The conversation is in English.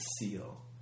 seal